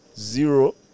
Zero